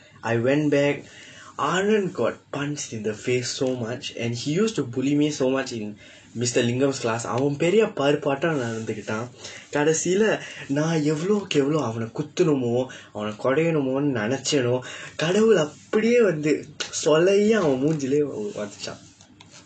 I went back anand got punched in the face so much and he used to bully me so much in mister lingam class அவன் பெரிய பருப்பு மாதிரி நடந்துகிட்டான் கடைசில நான் எவ்வளுக்கு எவ்வளவு அவன குத்துனுமோ அவன கொடையம்னு நினைத்தேன்னோ கடவுள் அப்படியே வந்து சுளையா அவன் முகத்தில ஒன்னு வைத்தான்:avan periya paruppu maathiri nadandthukitdaan kadaisila naan evvalukku evvalavu avana kutthunumoo avana kodaiyanumnu ninaitheenno kadavul appadiyee vandthu sulaiyaa avan mukaththil onnu vaiththaan